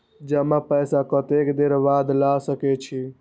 जमा पैसा कतेक देर बाद ला सके छी?